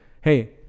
hey